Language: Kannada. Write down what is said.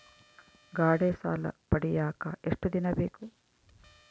ಗಾಡೇ ಸಾಲ ಪಡಿಯಾಕ ಎಷ್ಟು ದಿನ ಬೇಕು?